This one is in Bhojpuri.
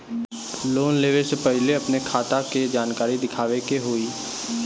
लोन लेवे से पहिले अपने खाता के जानकारी दिखावे के होई?